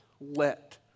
let